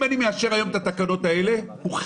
אם אני מאשר היום את התקנות האלה זה חד-משמעי.